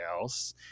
else